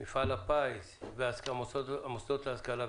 מפעל הפיס והמוסדות להשכלה גבוהה,